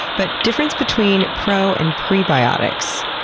but difference between pro and prebiotics.